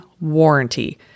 warranty